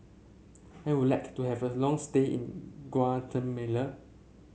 I would like to have a long stay in Guatemala